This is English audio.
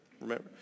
remember